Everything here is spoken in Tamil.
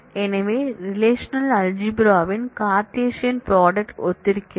எனவே இது ரெலேஷனல்அல்ஜிப்ரா ன் கார்ட்டீசியன் ப்ராடக்ட் ஒத்திருக்கிறது